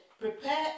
prepare